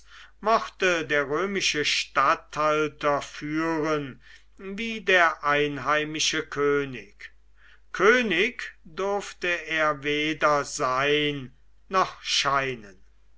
mochte der römische statthalter führen wie der einheimische könig könig durfte er weder sein noch scheinen